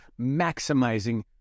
maximizing